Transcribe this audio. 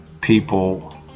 people